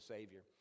Savior